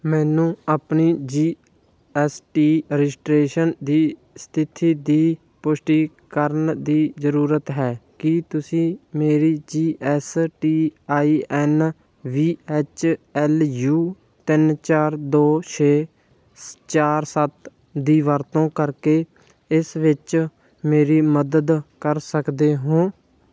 ਮੈਨੂੰ ਆਪਣੀ G S T registration ਦੀ ਸਥਿਤੀ ਦੀ ਪੁਸ਼ਟੀ ਕਰਨ ਦੀ ਜ਼ਰੂਰਤ ਹੈ ਕੀ ਤੁਸੀਂ ਮੇਰੀ G S T I N V H L U ਤਿੰਨ ਚਾਰ ਦੋ ਛੇ ਸ ਚਾਰ ਸੱਤ ਦੀ ਵਰਤੋਂ ਕਰਕੇ ਇਸ ਵਿੱਚ ਮੇਰੀ ਮਦਦ ਕਰ ਸਕਦੇ ਹੋ